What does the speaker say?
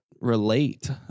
relate